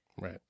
right